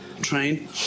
train